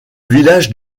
village